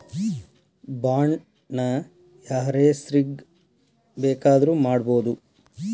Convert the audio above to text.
Bond ನ ಯಾರ್ಹೆಸ್ರಿಗ್ ಬೆಕಾದ್ರುಮಾಡ್ಬೊದು?